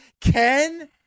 Ken